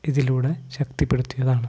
ഇതിലൂടെ ശക്തിപ്പെടുത്തിയതാണ്